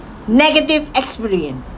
negative experience